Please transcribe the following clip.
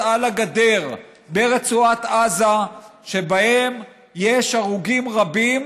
על הגדר ברצועת עזה שבהן יש הרוגים רבים,